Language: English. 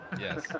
yes